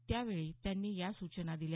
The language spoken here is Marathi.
त्यावेळी त्यांनी या सूचना दिल्या